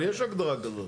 אבל יש הגדרה כזאת.